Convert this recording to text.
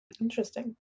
Interesting